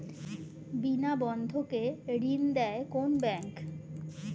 বিনা বন্ধকে ঋণ দেয় কোন ব্যাংক?